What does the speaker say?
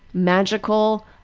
magical,